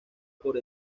por